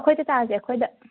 ꯑꯩꯈꯣꯏꯗ ꯆꯥꯔꯁꯦ ꯑꯩꯈꯣꯏꯗ